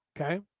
okay